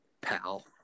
pal